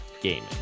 gaming